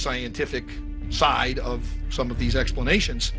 scientific side of some of these explanations